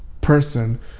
person